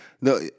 No